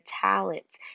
talents